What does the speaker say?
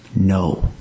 No